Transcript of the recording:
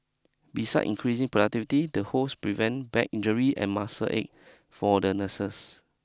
besides increasing productivity the hoists prevent back injury and muscle ache for the nurses